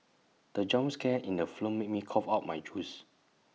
the jump scare in the film made me cough out my juice